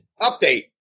update